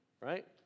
right